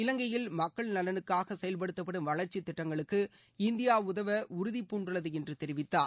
இவங்கையில் மக்கள் நலனுக்காக செயல்படுத்தப்படும் வளர்ச்சித் திட்டங்களுக்கு இந்தியா உதவ உறுதிபூண்டுள்ளது என்று தெரிவித்தார்